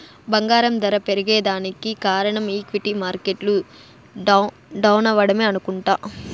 బంగారం దర పెరగేదానికి కారనం ఈక్విటీ మార్కెట్లు డౌనవ్వడమే అనుకుంట